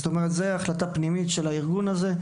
זוהי החלטה פנימית של הארגון הזה,